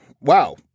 wow